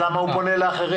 אז למה הוא פונה לאחרים?